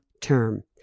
term